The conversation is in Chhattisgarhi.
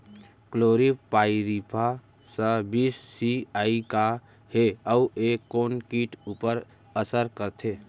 क्लोरीपाइरीफॉस बीस सी.ई का हे अऊ ए कोन किट ऊपर असर करथे?